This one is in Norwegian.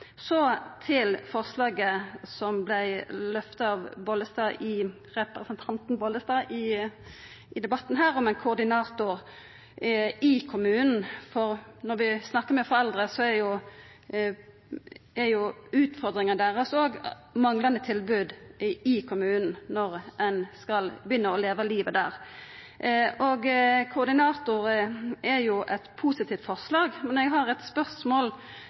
Så til forslaget som vart løfta fram av representanten Bollestad i debatten her, om ein koordinator i kommunen. Når vi snakkar med foreldre, er utfordringa deira òg manglande tilbod i kommunen når ein skal begynna å leva livet der. Ein koordinator er eit positivt forslag, men eg har eit spørsmål,